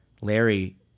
Larry